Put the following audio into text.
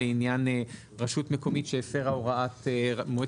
לעניין רשות מקומית שהפרה הוראת מועצת רשות המים.